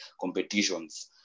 competitions